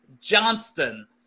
Johnston